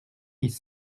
dix